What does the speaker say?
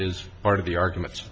is part of the arguments